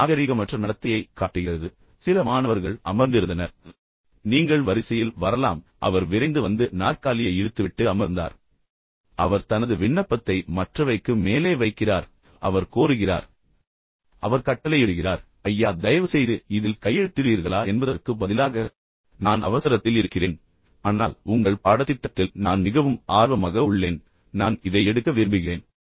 இது உங்கள் நாகரீகமற்ற நடத்தையை மீண்டும் காட்டுகிறது அப்போது சில மாணவர்கள் அமர்ந்திருந்தனர் நீங்கள் வரிசையில் வரலாம் எனவே அவர் விரைந்து வந்து நாற்காலியை இழுத்துவிட்டு அமர்ந்தார் பின்னர் அவர் தனது விண்ணப்பத்தை மற்றவைக்கு மேலே வைக்கிறார் பின்னர் அவர் கோருகிறார் ஆனால் அவர் கட்டளையிடுகிறார் பின்னர் ஐயா தயவுசெய்து இதில் கையெழுத்திடுவீர்களா என்று சொல்வதற்குப் பதிலாக நான் அவசரத்தில் இருக்கிறேன் அதனால்தான் இதை முன்பே செய்ய விரும்புகிறேன் ஆனால் உங்கள் பாடத்திட்டத்தில் நான் மிகவும் ஆர்வமாக உள்ளேன் நான் இதை எடுக்க விரும்புகிறேன்